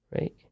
right